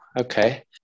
okay